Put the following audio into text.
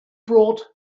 brought